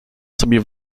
sobie